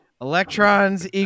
electrons